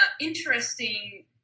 interesting